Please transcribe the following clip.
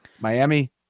Miami